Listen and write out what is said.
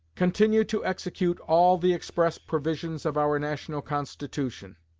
continue to execute all the express provisions of our national constitution,